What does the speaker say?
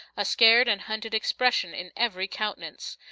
a scared and hunted expression in every countenance.